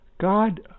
God